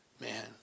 man